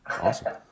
Awesome